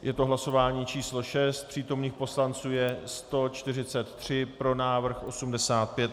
Je to hlasování číslo 6, přítomných poslanců je 143, pro návrh 85 .